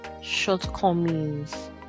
shortcomings